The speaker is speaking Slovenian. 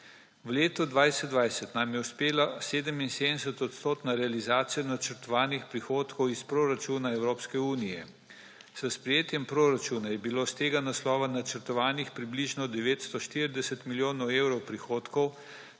V letu 2020 nam je uspela 77- odstotna realizacija načrtovanih prihodkov iz proračuna Evropske unije. S sprejetjem proračuna je bilo iz tega naslova načrtovanih približno 940 milijonov evrov prihodkov,